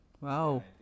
Wow